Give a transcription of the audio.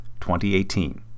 2018